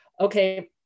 okay